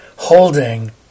holding